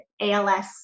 ALS